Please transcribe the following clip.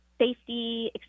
safety